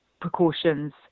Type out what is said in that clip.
precautions